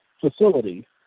facility